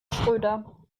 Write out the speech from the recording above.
schröder